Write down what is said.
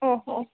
ओ हो